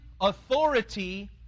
authority